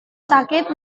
sakit